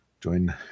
join